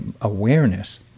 awareness